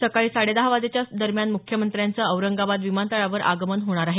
सकाळी साडे दहा वाजेच्या दरम्यान मुख्यमंत्र्यांचं औरंगाबाद विमानतळावर आगमन होणार आहे